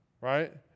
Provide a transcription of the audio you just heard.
Right